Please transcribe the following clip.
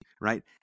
right